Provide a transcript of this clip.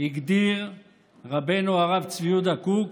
הגדיר רבנו הרב צבי יהודה קוק,